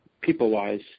people-wise